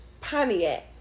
Pontiac